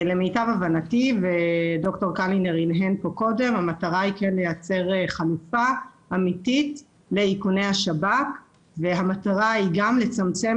למיטב הבנתי המטרה היא לייצר חלופה אמיתית לאיכוני השב"כ וגם לצמצם